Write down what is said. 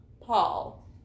Paul